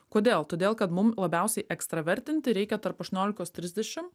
kodėl todėl kad mum labiausiai ekstravertinti reikia tarp aštuoniolikos trisdešim